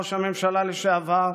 ראש הממשלה לשעבר,